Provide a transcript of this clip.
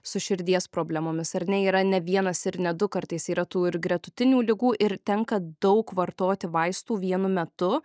su širdies problemomis ar ne yra ne vienas ir ne du kartais yra tų ir gretutinių ligų ir tenka daug vartoti vaistų vienu metu